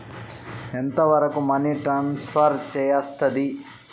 ఎంత వరకు money transfer చేయస్తది?